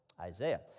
Isaiah